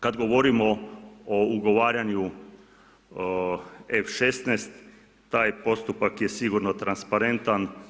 Kad govorimo o ugovaranju F-16, taj postupak je sigurno transparentan.